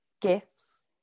gifts